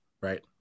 Right